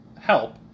help